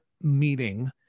meeting